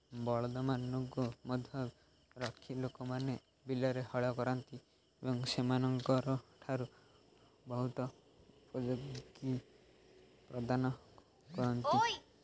ବଳଦମାନଙ୍କୁ ମଧ୍ୟ ରଖି ଲୋକମାନେ ବିଲରେ ହଳ କରନ୍ତି ଏବଂ ସେମାନଙ୍କରଠାରୁ ବହୁତ ଉପଯୋଗୀ ପ୍ରଦାନ କରନ୍ତି